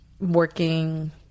working